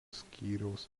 skyriaus